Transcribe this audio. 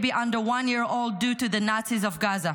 under one year old do to the Nazis of Gaza?